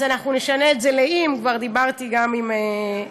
אז אנחנו נשנה את זה ל"עם"; כבר דיברתי גם עם הוועדה.